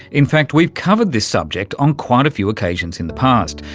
in fact, we've covered this subject on quite a few occasions in the past,